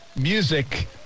music